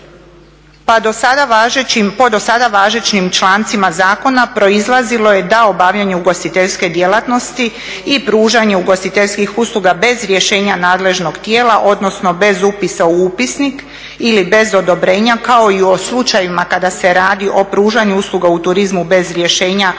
Po do sada važećim člancima zakona proizlazilo je da obavljanje ugostiteljske djelatnosti i pružanje ugostiteljskih usluga bez rješenja nadležnog tijela odnosno bez upisa u upisnik ili bez odobrenja kao i u slučajevima kada se radi o pružanju usluga u turizmu bez rješenja,